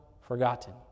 forgotten